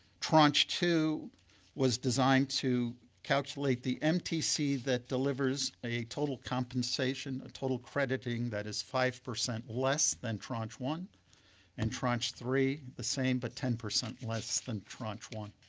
tranche two was designed to calculate the mtc that delivers a total compensation, a total crediting that is five percent less than tranche one and tranche three, the same, but ten percent less than tranche one.